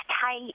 tight